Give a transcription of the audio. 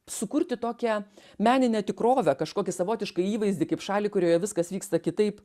sukurti tokią meninę tikrovę kažkokį savotišką įvaizdį kaip šalį kurioje viskas vyksta kitaip